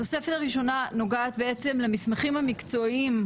התוספת הראשונה נוגעת בעצם למסמכים המקצועיים,